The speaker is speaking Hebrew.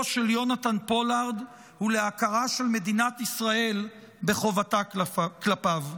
של יונתן פולארד ולהכרה של מדינת ישראל בחובתה כלפיו.